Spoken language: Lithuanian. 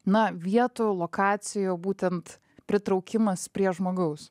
na vietų lokacijų būtent pritraukimas prie žmogaus